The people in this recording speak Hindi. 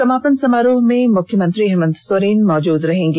समापन समारोह में मुख्यमंत्री हेमन्त सोरेन मौजूद रहेंगे